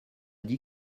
dit